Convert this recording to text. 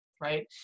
right